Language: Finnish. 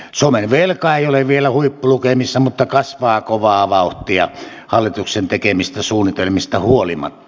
suomen velka ei ole vielä huippulukemissa mutta kasvaa kovaa vauhtia hallituksen tekemistä suunnitelmista huolimatta